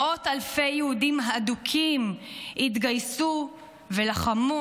מאות אלפי יהודים אדוקים התגייסו ולחמו